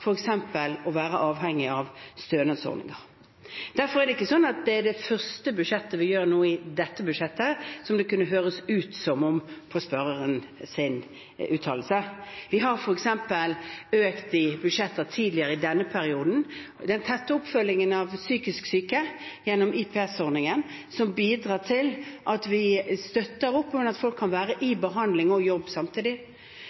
å være avhengig av stønadsordninger. Derfor er det ikke slik at dette er det første budsjettet vi gjør noe i, slik det kunne høres ut i uttalelsene fra spørsmålsstilleren. Vi har f.eks. i budsjetter tidligere i denne perioden økt den tette oppfølgingen av psykisk syke gjennom IPS-ordningen, som bidrar til at vi støtter opp under at folk kan være